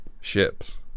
ships